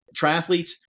triathletes